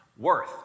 Worth